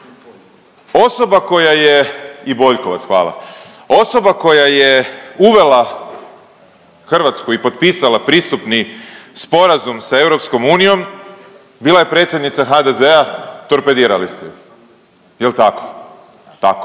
Osoba koja je uvela Hrvatsku i potpisala pristupni sporazum sa EU bila je predsjednica HDZ-a, torpedirali ste ju, jel tako? Tako